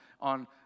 on